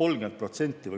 olla